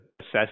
assess